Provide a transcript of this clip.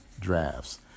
drafts